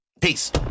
Peace